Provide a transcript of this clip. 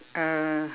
uh